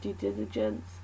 diligence